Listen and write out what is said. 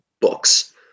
books